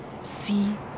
See